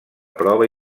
prova